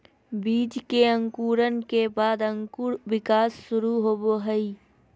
बीज के अंकुरण के बाद अंकुर विकास शुरू होबो हइ